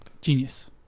Genius